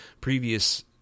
Previous